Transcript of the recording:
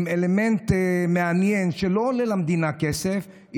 עם אלמנט מעניין שלא עולה למדינה כסף,